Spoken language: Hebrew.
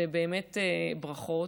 ובאמת ברכות,